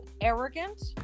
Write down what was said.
arrogant